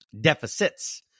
Deficits